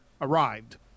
arrived